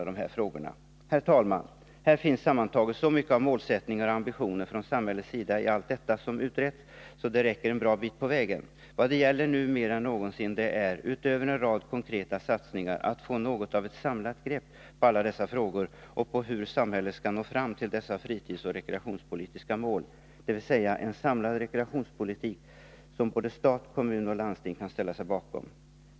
Herr talman! Här finns sammantaget så mycket av målsättningar och ambitioner från samhällets sida i allt detta som utretts, så det räcker en bra bit på vägen. Vad det gäller nu mer än någonsin är, utöver en rad konkreta satsningar, att få något av ett samlat grepp på alla dessa frågor och på hur samhället skall nå fram till dessa fritidsoch rekreationspolitiska mål, dvs. en samlad rekreationspolitik som såväl stat som kommun och landsting kan ställa sig bakom.